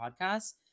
podcast